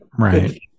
Right